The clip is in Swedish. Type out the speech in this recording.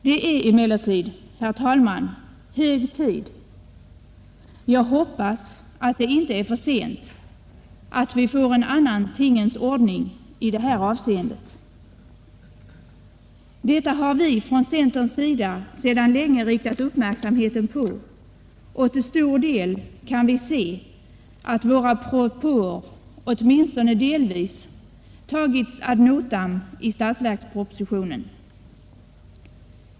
Det är emellertid, herr talman, hög tid — jag hoppas att det inte är för sent — att vi får en annan tingens ordning i det här avseendet. Detta har vi från centerns sida sedan länge riktat uppmärksamheten på och vi kan se att våra propåer åtminstone delvis tagits ad notam i statsverkspropositionen.